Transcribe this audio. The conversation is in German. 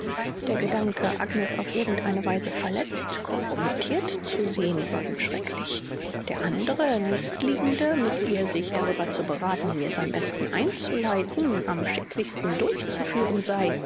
der gedanke agnes auf irgend eine weise verletzt compromittirt zu sehen war ihm schrecklich der andere nächstliegende mit ihr sich darüber zu berathen wie es am besten einzuleiten am schicklichsten durchzuführen sei